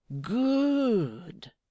Good